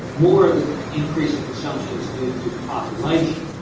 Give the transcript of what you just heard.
more of the increase in consumption is due to population,